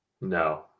No